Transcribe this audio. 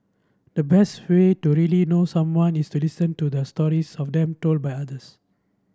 the best way to really know someone is to listen to the stories of them told by others